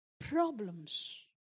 problems